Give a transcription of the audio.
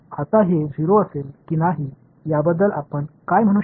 आता हे 0 असेल की नाही याबद्दल आपण काय म्हणू शकता